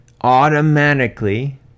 automatically